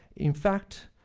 in fact,